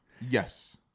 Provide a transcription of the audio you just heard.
yes